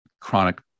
chronic